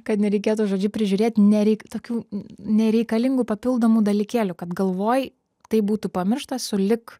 kad nereikėtų žodžiu prižiūrėt nereik tokių nereikalingų papildomų dalykėlių kad galvoj tai būtų pamiršta sulig